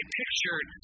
pictured